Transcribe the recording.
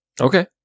Okay